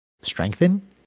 strengthen